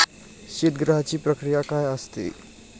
शीतगृहाची प्रक्रिया काय असते?